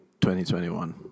2021